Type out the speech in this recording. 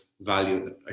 value